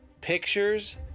pictures